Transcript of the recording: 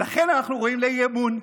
ולכן אנחנו ראויים לאי-אמון.